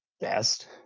Best